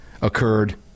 Occurred